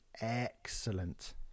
excellent